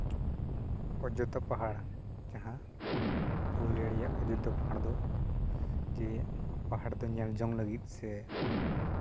ᱠᱚ ᱡᱚᱛᱚ ᱯᱟᱦᱟᱲ ᱡᱟᱦᱟᱸ ᱯᱩᱨᱩᱞᱤᱭᱟᱹ ᱨᱮᱭᱟᱜ ᱚᱡᱳᱫᱽᱫᱷᱟ ᱯᱟᱦᱟᱲ ᱫᱚ ᱡᱮ ᱯᱟᱦᱟᱲ ᱫᱚ ᱧᱮᱞ ᱡᱚᱝ ᱞᱟᱹᱜᱤᱫ ᱥᱮ